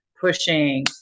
pushing